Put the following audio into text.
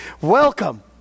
Welcome